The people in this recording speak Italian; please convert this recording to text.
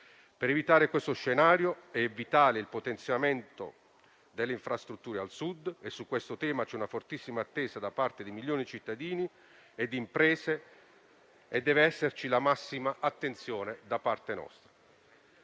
Per evitare questo scenario, è vitale il potenziamento delle infrastrutture al Sud. Su questo tema c'è una fortissima attesa da parte di milioni di cittadini e imprese e dev'esserci la massima attenzione da parte nostra.